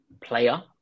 player